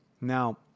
Now